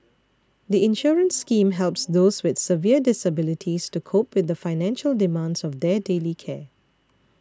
the insurance scheme helps those with severe disabilities to cope with the financial demands of their daily care